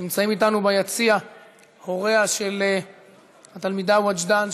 נמצאים אתנו ביציע הוריה של התלמידה וג'דאן,